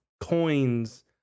coins